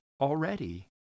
already